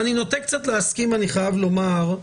אני נוטה קצת להסכים, אני חייב לומר,